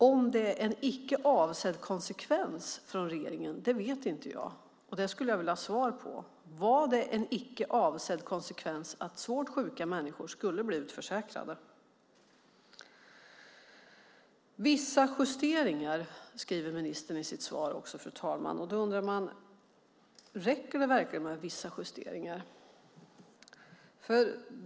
Om det är en icke avsedd konsekvens från regeringen vet inte jag, men det skulle jag vilja ha svar på. Var det en icke avsedd konsekvens att svårt sjuka människor skulle bli utförsäkrade? "Vissa justeringar" skriver ministern också om i sitt svar, fru talman. Då undrar man: Räcker det verkligen med vissa justeringar?